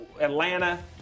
Atlanta